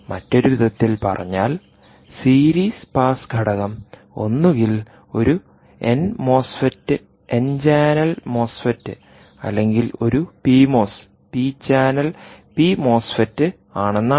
മറ്റൊരു വിധത്തിൽ പറഞ്ഞാൽ സീരീസ് പാസ് ഘടകം ഒന്നുകിൽ ഒരു എൻ മോസ്ഫെറ്റ് എൻ ചാനൽ മോസ്ഫെറ്റ്അല്ലെങ്കിൽ ഒരു PMOS P channel P MOSFET ആണെന്നാണ്